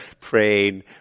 praying